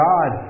God